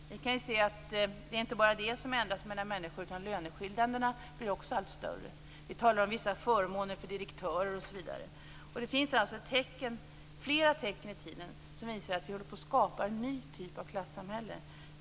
Vi kan se att det inte bara är denna förändring som sker mellan människor, utan löneskillnaderna blir också allt större. Vi talar om vissa förmåner för direktörer osv. Det finns alltså flera tecken i tiden som visar att vi håller på att skapa en ny typ av klassamhälle.